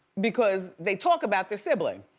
because they talk about their sibling.